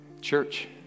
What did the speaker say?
church